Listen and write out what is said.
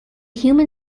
human